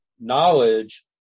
knowledge